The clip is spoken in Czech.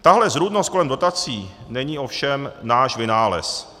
Tahle zrůdnost kolem dotací není ovšem náš vynález.